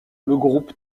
groupe